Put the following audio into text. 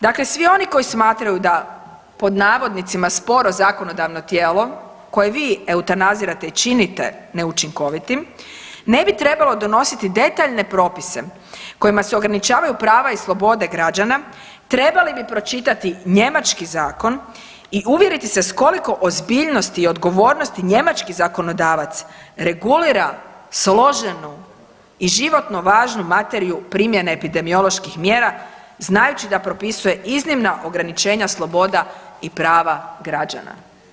Dakle, svi oni koji smatraju da pod navodnicima sporo zakonodavno tijelo koje vi eutanazirate i činite neučinkovitim ne bi trebalo donositi detaljne propise kojima se ograničavaju prava i slobode građana, trebali bi pročitati njemački zakon i uvjeriti se s koliko ozbiljnosti i odgovornosti njemački zakonodavac regulira složenu i životno važnu materiju primjene epidemioloških mjera znajući da propisuje iznimna ograničenja sloboda i prava građana.